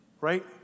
Right